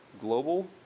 global